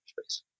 space